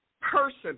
person